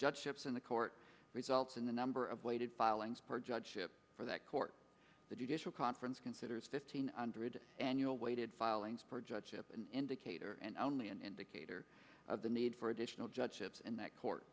judgeships in the court results in the number of weighted filings per judgeship for that court the judicial conference considers fifteen hundred annual weighted filings per judge ip an indicator and only an indicator of the need for additional judgeships in that court